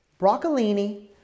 broccolini